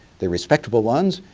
the respectable ones